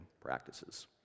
practices